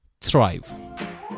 thrive